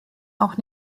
auch